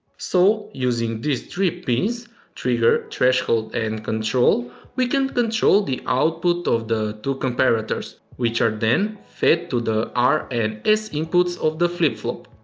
so using these three pins trigger, threshold and control we can control the output of the two comparators which which are then fed to the r and s inputs of the flip-flop.